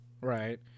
Right